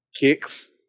kicks